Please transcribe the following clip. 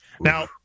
Now